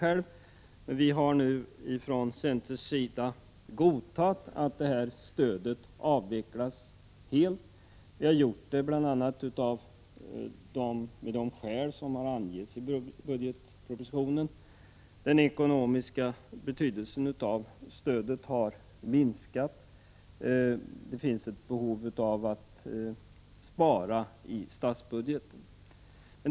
Centern har godtagit att stödet till organisationstidskrifterna avvecklas helt. Vi har gjort det av bl.a. de skäl som angivits i budgetpropositionen. Den ekonomiska betydelsen av stödet har minskat, och det finns ett behov av att spara i statsbudgeten.